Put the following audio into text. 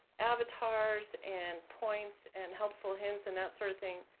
avatars and points and helpful hints and that sort of thing,